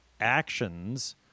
actions